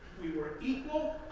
we were equal,